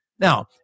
Now